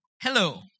Hello